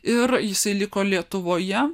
ir jisai liko lietuvoje